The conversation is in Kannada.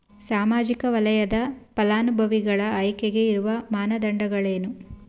ಸಾಮಾಜಿಕ ವಲಯದ ಫಲಾನುಭವಿಗಳ ಆಯ್ಕೆಗೆ ಇರುವ ಮಾನದಂಡಗಳೇನು?